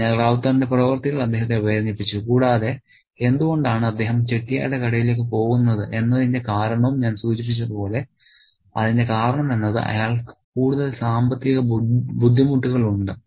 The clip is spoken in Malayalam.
അതിനാൽ റൌത്തറിന്റെ പ്രവൃത്തികൾ അദ്ദേഹത്തെ വേദനിപ്പിച്ചു കൂടാതെ എന്തുകൊണ്ടാണ് അദ്ദേഹം ചെട്ടിയാരുടെ കടയിലേക്ക് പോകുന്നത് എന്നതിന്റെ കാരണവും ഞാൻ സൂചിപ്പിച്ചതുപോലെ അതിന്റെ കാരണം എന്നത് അയാൾക്ക് കൂടുതൽ സാമ്പത്തിക ബുദ്ധിമുട്ടുകൾ ഉണ്ട്